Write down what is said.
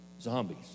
Zombies